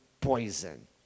poison